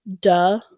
Duh